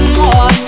more